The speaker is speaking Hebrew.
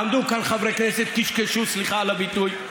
עמדו כאן חברי כנסת, קשקשו, סליחה על הביטוי,